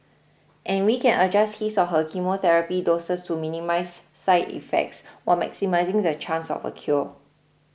and we can adjust his or her chemotherapy doses to minimise side effects while maximising the chance of a cure